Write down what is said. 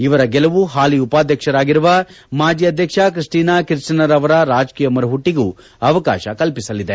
ಇವರ ಗೆಲುವು ಹಾಲ ಉಪಾಧ್ಯಕ್ಷರಾಗಿರುವ ಮಾಜಿ ಅಧ್ಯಕ್ಷ ತ್ರೆಸ್ಸಿನಾ ಕಿರ್ಚನರ್ ಅವರ ರಾಜಕೀಯ ಮರುಪುಟ್ಟಿಗೂ ಅವಕಾಶ ಕಲ್ವಿಸಲಿದೆ